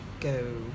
go